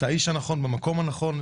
אתה האיש הנכון במקום הנכון,